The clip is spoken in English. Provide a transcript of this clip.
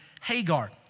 Hagar